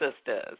Sisters